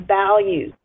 value